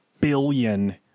billion